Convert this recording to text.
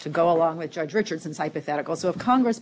to go along with judge richardson's hypothetical so if congress